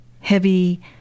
heavy